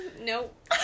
Nope